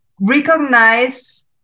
recognize